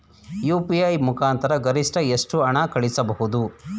UPI ಮುಖಾಂತರ ಗರಿಷ್ಠ ಎಷ್ಟು ಹಣ ಕಳಿಸಬಹುದು?